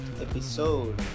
episode